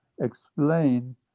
explain